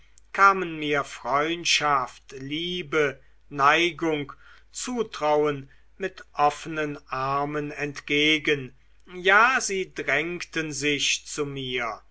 kamen mir freundschaft liebe neigung zutrauen mit offenen armen entgegen ja sie drängten sich zu mir